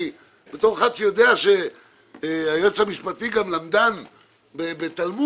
בתור אחר שיודע שהיועץ המשפטי גם למדן בתלמוד,